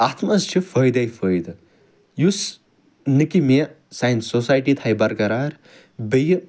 اتھ مَنٛز چھِ فٲیدٔے فٲیدٕ یُس نَہ کہِ مےٚ سانہِ سوسایٹی تھایہِ برقرار بیٚیہِ